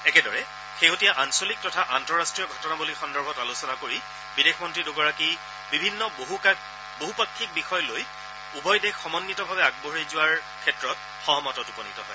একেদৰে শেহতীয়া আঞ্চলিক তথা আন্তঃৰাষ্ট্ৰীয় ঘটনাৱলী সন্দৰ্ভত আলোচনা কৰি বিদেশ মন্ত্ৰী দুগৰাকী বিভিন্ন বহুপাক্ষিক বিষয় লৈ উভয় দেশ সমন্নিতভাৱে আগবাঢ়ি যোৱাৰ ক্ষেত্ৰত সহমতত উপনীত হয়